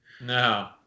No